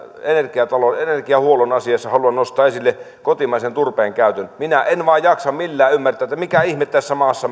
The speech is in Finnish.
energiahuollon energiahuollon asiassa haluan nostaa esille kotimaisen turpeen käytön minä en vain jaksa millään ymmärtää mikä ihme tässä maassa